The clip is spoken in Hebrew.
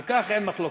על כך אין מחלוקות,